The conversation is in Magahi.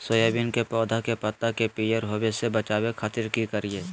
सोयाबीन के पौधा के पत्ता के पियर होबे से बचावे खातिर की करिअई?